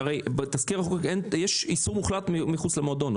בתזכיר החוק יש איסור מוחלט להוציא מחוץ למועדון.